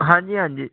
ਹਾਂਜੀ ਹਾਂਜੀ